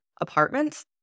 apartments